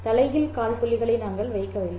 தலைகீழ் காற்புள்ளிகளை நாங்கள் வைக்கவில்லை